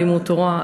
לימוד תורה,